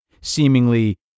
seemingly